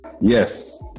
yes